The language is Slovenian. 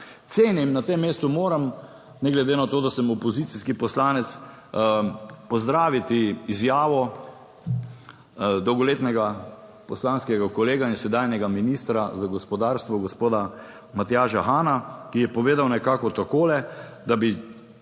Cenim, na tem mestu moram, ne glede na to, da sem opozicijski poslanec, pozdraviti izjavo dolgoletnega poslanskega kolega in sedanjega ministra za gospodarstvo, gospoda Matjaža Hana, ki je povedal nekako takole, da bi,